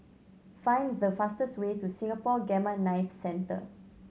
find the fastest way to Singapore Gamma Knife Centre